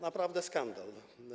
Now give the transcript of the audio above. Naprawdę skandal.